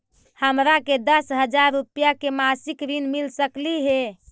हमरा के दस हजार रुपया के मासिक ऋण मिल सकली हे?